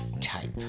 Type